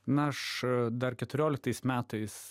na aš dar keturioliktais metais